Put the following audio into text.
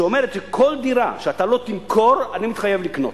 שאומרת שכל דירה שאתה לא תמכור, אני מתחייב לקנות.